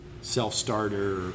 self-starter